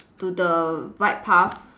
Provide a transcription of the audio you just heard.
to the right path